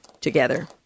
together